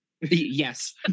Yes